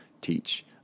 teach